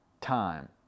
time